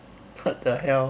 what the hell